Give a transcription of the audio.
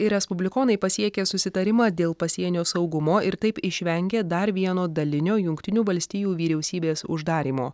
ir respublikonai pasiekė susitarimą dėl pasienio saugumo ir taip išvengė dar vieno dalinio jungtinių valstijų vyriausybės uždarymo